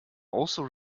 also